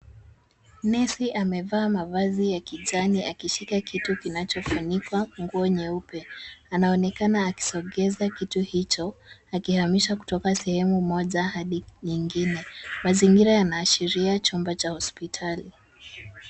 Nesi amevaa mavazi ya kijani akishika kitu kinachofunikwa nguo nyeupe. Anaonekana akisongeza kitu hicho, akihamisha kutoka sehemu moja hadi nyingine. Mazingira yanaashiria chumba cha hospitali.